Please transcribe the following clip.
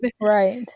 Right